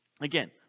again